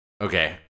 Okay